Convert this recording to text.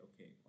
okay